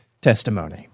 testimony